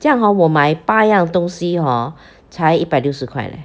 这样 hor 我买八样东西 hor 才一百六十块 leh